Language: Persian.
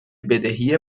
بدهی